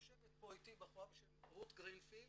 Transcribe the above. יושבת פה איתי בחורה בשם רות גרינפילד,